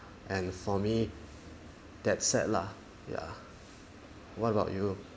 and for me that's sad lah ya what about you